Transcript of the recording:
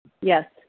Yes